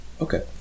Okay